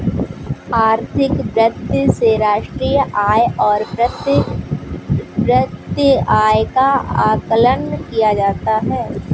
आर्थिक वृद्धि से राष्ट्रीय आय और प्रति व्यक्ति आय का आकलन किया जाता है